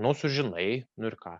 nu sužinai nu ir ką